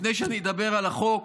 לפני שאדבר על החוק